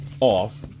off